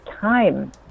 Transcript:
time